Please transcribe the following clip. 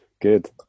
Good